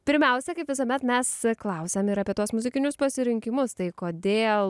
pirmiausia kaip visuomet mes klausiam ir apie tuos muzikinius pasirinkimus tai kodėl